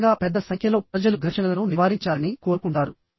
సాధారణంగా పెద్ద సంఖ్యలో ప్రజలు ఘర్షణలను నివారించాలని కోరుకుంటారు